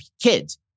kids